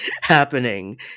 happening